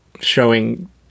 showing